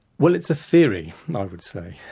well it's a theory, i would say.